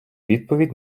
відповідь